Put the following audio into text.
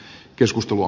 joskus tuo